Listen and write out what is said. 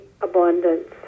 abundance